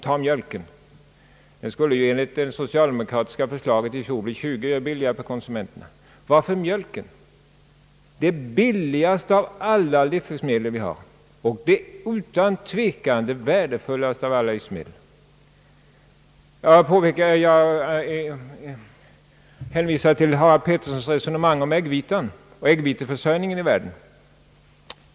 Tag t.ex. mjölken, som enligt det socialdemokratiska förslaget från föregående år skulle bli 20 öre billigare för konsumenten. Varför just välja ut mjölken, som är det billigaste av alla de livsmedel som vi har och utan tvivel det värdefullaste? Jag hänvisar till herr Harald Petterssons resonemang om äggviteförsörjningen i världen.